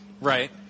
Right